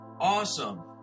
awesome